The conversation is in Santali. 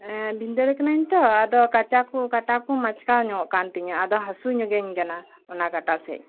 ᱮᱻ ᱵᱷᱤᱸᱫᱟᱹᱲ ᱠᱟᱹᱱᱟᱹᱧ ᱛᱚ ᱟᱫᱚ ᱠᱟᱪᱟ ᱠᱚ ᱠᱟᱴᱟ ᱠᱚ ᱢᱚᱪᱠᱟᱣ ᱧᱚᱜ ᱟᱠᱟᱱ ᱛᱤᱧᱟᱹ ᱟᱫᱚ ᱦᱟᱥᱩ ᱧᱚᱜᱤᱧ ᱠᱟᱱᱟ ᱚᱱᱟ ᱠᱟᱴᱟ ᱥᱮᱫ